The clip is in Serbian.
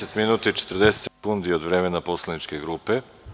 Deset minuta i 40 sekundi od vremena poslaničke grupe.